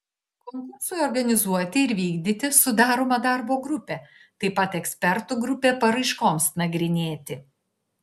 konkursui organizuoti ir vykdyti sudaroma darbo grupė taip pat ekspertų grupė paraiškoms nagrinėti